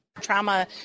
Trauma